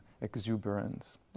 exuberance